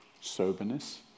soberness